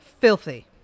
filthy